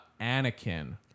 Anakin